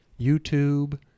YouTube